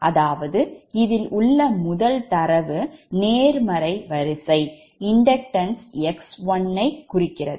அதாவது இதில் உள்ள முதல் தரவு நேர்மறை வரிசை inductance X1 யை குறிக்கிறது